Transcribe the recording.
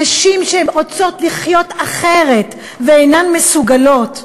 נשים שרוצות לחיות אחרת ואינן מסוגלות.